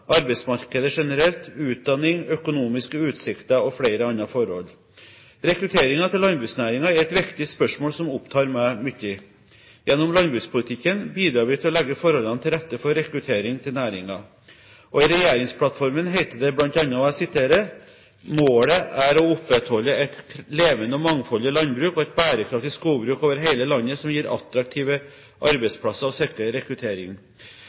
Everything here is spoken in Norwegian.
arbeidsmarkedet generelt, utdanning, økonomiske utsikter og flere andre forhold. Rekrutteringen til landbruksnæringen er et viktig spørsmål som opptar meg mye. Gjennom landbrukspolitikken bidrar vi til å legge forholdene til rette for rekruttering til næringen. I regjeringsplattformen heter det bl.a.: «Målet er å opprettholde et levende og mangfoldig landbruk og et bærekraftig skogbruk over hele landet som gir attraktive arbeidsplasser og sikrer rekruttering.»